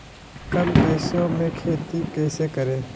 कम पैसों में खेती कैसे करें?